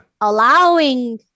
allowing